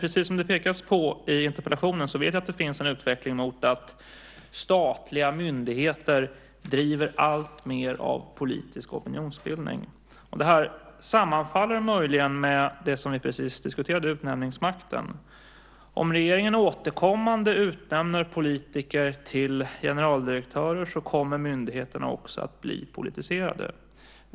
Precis som det pekas på i interpellationen finns det, vet jag, en utveckling mot att statliga myndigheter driver alltmer av politisk opinionsbildning. Det här sammanfaller möjligen med vad vi nyss har diskuterat, nämligen utnämningsmakten. Om regeringen återkommande utnämner politiker till generaldirektörer kommer myndigheterna också att bli politiserade.